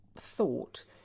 thought